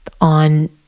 on